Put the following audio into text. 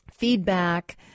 feedback